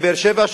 באר-שבע,